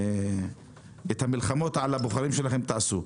את המלחמות על הבוחרים שלכם תעשו.